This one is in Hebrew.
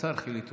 השר חילי טרופר.